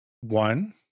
One